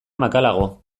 makalago